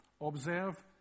observe